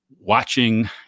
watching